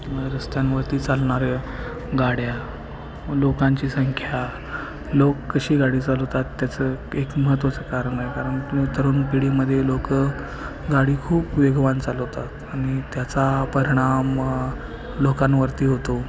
रस्त्यांवरती चालणाऱ्या गाड्या लोकांची संख्या लोक कशी गाडी चालवतात त्याचं एक महत्त्वाचं कारण आहे कारण तरुण पिढीमध्ये लोकं गाडी खूप वेगवान चालवतात आणि त्याचा परिणाम लोकांवरती होतो